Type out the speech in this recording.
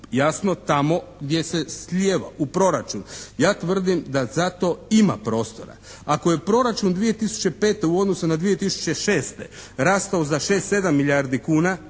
Jasno, tamo gdje se slijeva, u proračun. Ja tvrdim da za to ima prostora. Ako je proračun 2005. u odnosu na 2006. rastao za šest, sedam milijardi kuna,